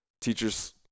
teachers